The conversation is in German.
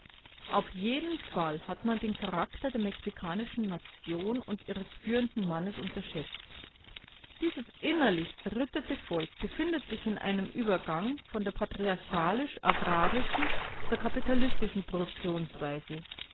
auf jeden fall hat man den charakter der mexikanischen nation und ihres führenden mannes unterschätzt dieses innerlich zerrüttete volk befindet sich in einem übergang von der patriarchalisch-agrarischen zur kapitalistischen produktionsweise